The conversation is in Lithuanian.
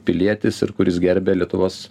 pilietis ir kuris gerbia lietuvos